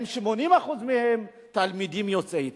80% מהם תלמידים יוצאי אתיופיה.